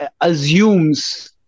assumes